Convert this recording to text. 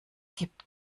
gibt